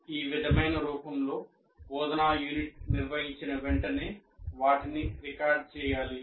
ఈ విధమైన రూపంలో బోధనా యూనిట్ నిర్వహించిన వెంటనే వాటిని రికార్డ్ చేయాలి